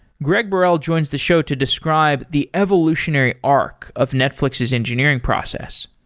greg burrell joins the show to describe the evolutionary arc of netflix's engineering process.